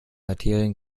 arterien